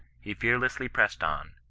he fearlessly pressed on,